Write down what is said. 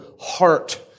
heart